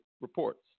reports